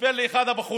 סיפר לי אחד הבחורים,